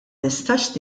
nistax